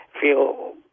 feel